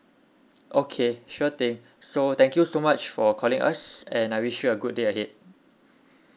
okay sure thing so thank you so much for calling us and I wish you a good day ahead